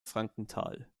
frankenthal